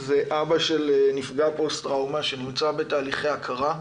זה אבא של נפגע פוסט טראומה שנמצא בתהליכי הכרה,